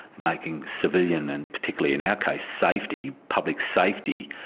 making civilian and particularly in our case safety, public safety,